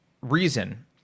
reason